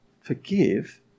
Forgive